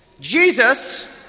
Jesus